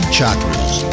Chakras